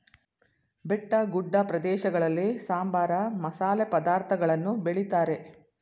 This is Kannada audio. ಬೆಟ್ಟಗುಡ್ಡ ಪ್ರದೇಶಗಳಲ್ಲಿ ಸಾಂಬಾರ, ಮಸಾಲೆ ಪದಾರ್ಥಗಳನ್ನು ಬೆಳಿತಾರೆ